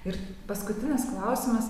ir paskutinis klausimas